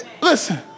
Listen